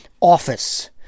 office